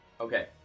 Okay